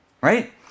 right